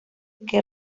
que